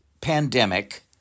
pandemic